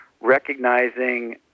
recognizing